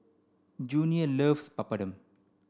Junior loves Papadum